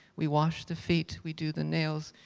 we wash the feet, we do the nails,